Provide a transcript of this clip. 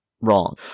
wrong